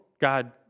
God